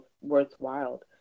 worthwhile